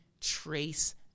trace